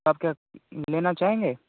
आप क्या लेना चाहेंगे